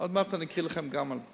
עוד מעט אני גם אקרא לכם את הנתונים.